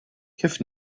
kif